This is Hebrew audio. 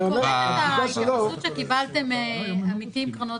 אני קוראת את ההתייחסות שקיבלתם מעמיתים בקרנות